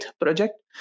project